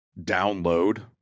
download